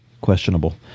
Questionable